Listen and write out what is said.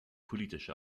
politische